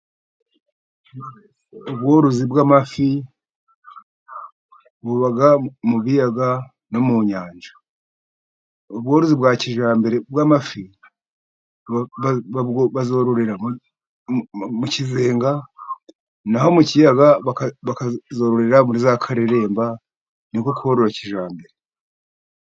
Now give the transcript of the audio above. Ubworozi bw'amafi buba mu biyaga no mu nyanja. Ubworozi bwa kijyambere bw'amafi, bazororera mu kizenga, naho mu kiyaga bakazororera muri za kareremba, ni ko korora kijyambere.